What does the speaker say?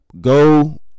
Go